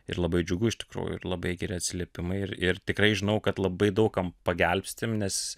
ir labai džiugu iš tikrųjų ir labai geri atsiliepimai ir ir tikrai žinau kad labai daug kam pagelbstim nes